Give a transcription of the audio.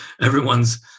everyone's